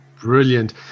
Brilliant